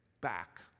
back